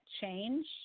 change